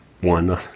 one